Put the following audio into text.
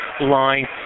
line